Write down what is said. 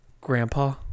Grandpa